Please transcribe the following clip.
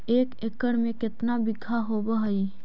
एक एकड़ में केतना बिघा होब हइ?